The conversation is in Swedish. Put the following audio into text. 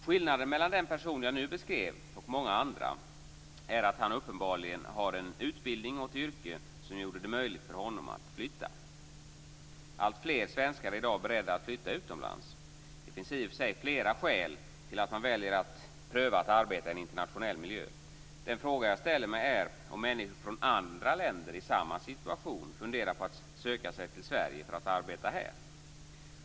Skillnaden mellan den person jag nu beskrev och många andra är att han uppenbarligen har en utbildning och ett yrke, som gjorde det möjligt för honom att flytta. Alltfler svenskar är i dag beredda att flytta utomlands. Det finns i och för sig flera skäl till att man väljer att pröva att arbeta i en internationell miljö. Den frågan jag ställer mig är om människor från andra länder i samma situation funderar på att söka sig till Sverige för att arbeta här.